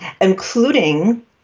including